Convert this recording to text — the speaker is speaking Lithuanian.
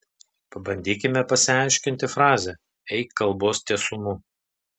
pabandykime pasiaiškinti frazę eik kalbos tiesumu